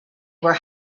were